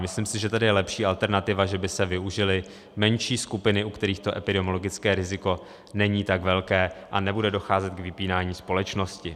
Myslím si, že tady je lepší alternativa, že by se využily menší skupiny, u kterých to epidemiologické riziko není tak velké, a nebude docházet k vypínání společnosti.